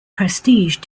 prestige